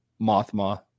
Mothma